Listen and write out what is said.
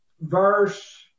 verse